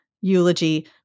eulogy